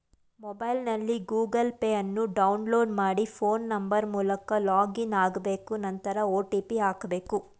ಮೊಬೈಲ್ನಲ್ಲಿ Google Pay ಅನ್ನು download ಮಾಡಿ ಫೋನ್ ನಂಬರ್ ಮೂಲಕ ಲಾಗಿನ್ ಆಗ್ಬೇಕು ನಂತರ ಒ.ಟಿ.ಪಿ ಹಾಕ್ಬೇಕು